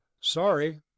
Sorry